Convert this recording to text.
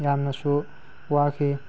ꯌꯥꯝꯅꯁꯨ ꯋꯥꯈꯤ